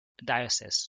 diocese